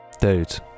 Dude